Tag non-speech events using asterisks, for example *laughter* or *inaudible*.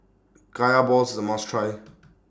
Kaya Balls IS A must Try *noise*